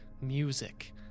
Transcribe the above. music